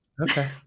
okay